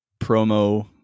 promo